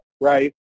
right